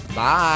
Bye